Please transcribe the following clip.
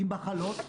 עם מחלות.